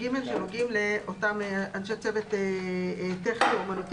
אז למה אתם מעבירים את זה דרך הביטוח הלאומי?